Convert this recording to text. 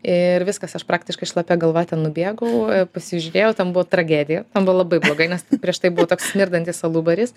ir viskas aš praktiškai šlapia galva ten nubėgau pasižiūrėjau ten buvo tragedija ten labai blogai nes prieš tai buvo toks smirdantis alubaris